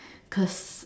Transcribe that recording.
cos